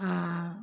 आओर